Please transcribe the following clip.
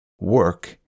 Work